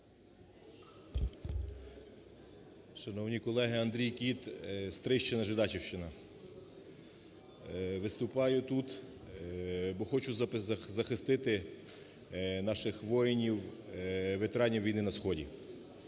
Шановні колеги! Андрій Кіт, Стрийщина, Жидачівщина. Виступаю тут, бо хочу захистити наших воїнів, ветеранів війни на Сході.